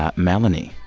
ah melanie,